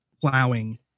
plowing